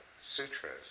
sutras